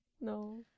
No